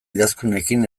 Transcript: idazkunekin